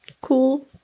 Cool